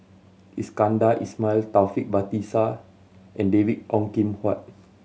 Iskandar Ismail Taufik Batisah and David Ong Kim Huat